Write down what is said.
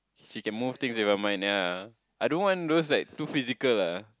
she can move things with her mind ya I don't want those like too physical ah